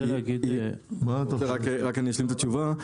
רק אני אשלים את התשובה.